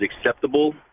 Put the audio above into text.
acceptable